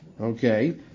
Okay